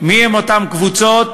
מי הן אותן קבוצות